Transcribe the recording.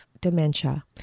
dementia